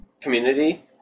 community